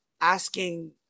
asking